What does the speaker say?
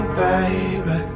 baby